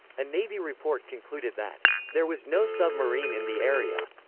a navy report concluded that there was no submarine in the area.